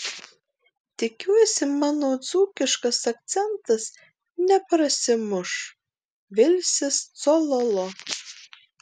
tikiuosi mano dzūkiškas akcentas neprasimuš vilsis cololo